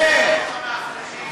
המאבטחים אולי.